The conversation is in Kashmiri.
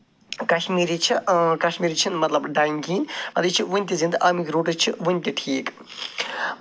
کَشمیٖری چھِ کَشمیٖری چھِنہٕ مطلب ڈایِنٛگ کِہیٖنۍ یہِ چھِ وٕنۍ تہِ زِندٕ اَمِکۍ روٗٹٕس چھِ وٕنۍ تہِ ٹھیٖک